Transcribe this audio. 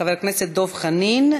חבר הכנסת דב חנין,